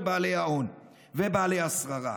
בעלי ההון ובעלי השררה.